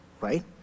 Right